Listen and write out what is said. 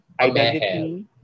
identity